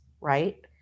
right